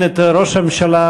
את ראש הממשלה,